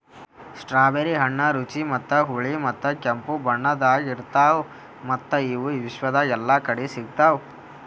strawberry ಹಣ್ಣ ರುಚಿ ಮತ್ತ ಹುಳಿ ಮತ್ತ ಕೆಂಪು ಬಣ್ಣದಾಗ್ ಇರ್ತಾವ್ ಮತ್ತ ಇವು ವಿಶ್ವದಾಗ್ ಎಲ್ಲಾ ಕಡಿ ಸಿಗ್ತಾವ್